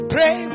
Pray